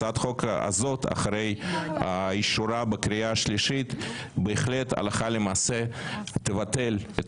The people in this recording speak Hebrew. הצעת החוק הזאת אחרי אישורה בקריאה שלישית בהחלט הלכה למעשה תבטל את